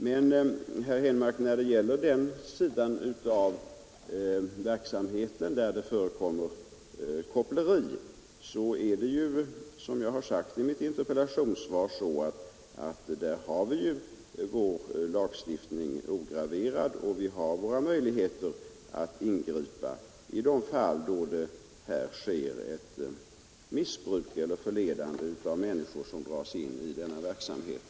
Men, herr Henmark, när det gäller den sida av verksamheten där det förekommer koppleri är det ju som jag har sagt i mitt interpellationssvar — så att vi har vår lagstiftning ograverad och vi har alltså möjligheter att ingripa i de fall då det sker ett förledande av människor som dras in i denna verksamhet.